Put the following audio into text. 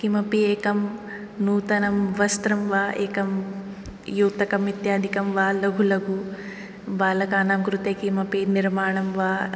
किमपि एकं नूतनं वस्त्रं वा एकं युतकम् इत्यादिकं वा लघु लघु बालकानां कृते किमपि निर्माणं वा